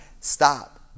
stop